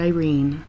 Irene